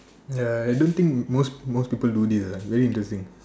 ya I don't think most most people do this lah very interesting